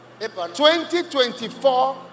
2024